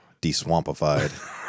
de-swampified